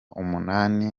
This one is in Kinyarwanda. umunani